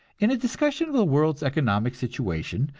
in a discussion of the world's economic situation,